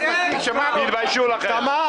תתביישו לכם.